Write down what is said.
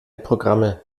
programme